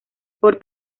por